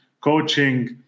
coaching